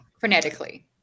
Phonetically